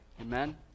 Amen